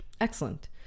Excellent